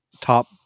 top